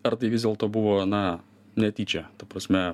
ar tai vis dėlto buvo na netyčia ta prasme